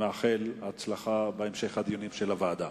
ואני מאחל הצלחה בהמשך הדיונים של הוועדה.